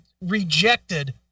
rejected